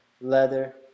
leather